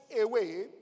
away